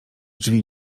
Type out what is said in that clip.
drzwi